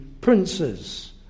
princes